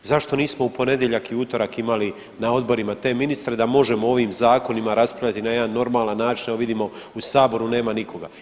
Zašto nismo u ponedjeljak i utorak imali na odborima te ministre da možemo o ovim zakonima raspravljati na jedan normalan način, evo vidimo u saboru nema nikoga.